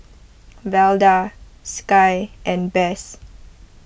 Velda Sky and Bess